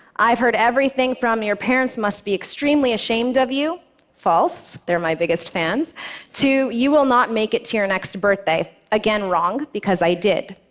i've heard everything from, your parents must be extremely ashamed of you false they're my biggest fans to you will not make it to your next birthday again wrong, because i did.